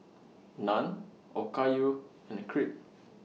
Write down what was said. Naan Okayu and Crepe